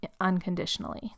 unconditionally